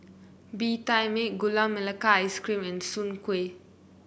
Bee Tai Mak Gula Melaka Ice Cream and Soon Kway